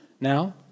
now